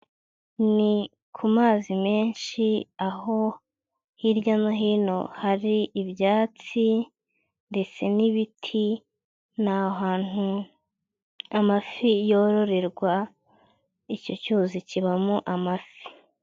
Ni ku mazi menshi, aho hirya no hino hari ibyatsi ndetse n'ibiti, ni ahantu amafi yororerwa, icyo cyuzi kibamo amafi.